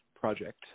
project